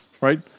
right